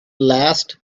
last